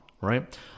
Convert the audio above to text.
right